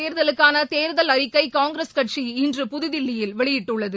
தேர்தலுக்கான தேர்தல் அறிக்கை காங்கிரஸ் கட்சி இன்று புதுதில்லியில் மக்களவைத் வெளியிட்டுள்ளது